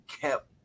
kept